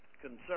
Concern